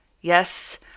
yes